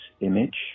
image